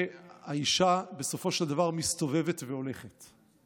והאישה בסופו של דבר מסתובבת והולכת.